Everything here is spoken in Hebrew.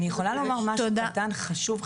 השאלה היא האם באמת החוזר הזה מיושם.